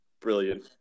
Brilliant